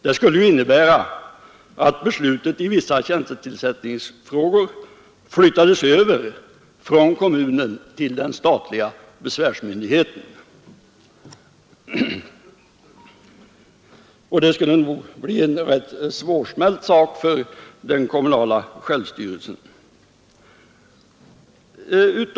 Det skulle ju innebära att besluten i vissa tjänstetillsättningsfrågor flyttades över från kommunen till den statliga besvärsmyndigheten, och det skulle nog bli en rätt svårsmält sak för den kommunala självstyrelsen.